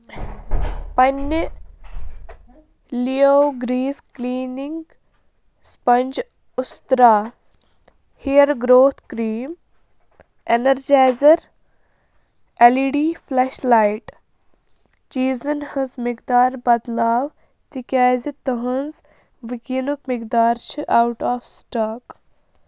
پنٕنہِ لِیوٚو grease cleaning sponge اُسترٛا hair growth cream energizer L E D flash light چیٖزَن ہٕنٛز مٮ۪قدار بدلاو تِکیٛازِ تٔہٕنٛز وُنکٮ۪نُک مٮ۪قدار چھِ آوُٹ آف سِٹاک